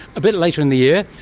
a bit later in the year.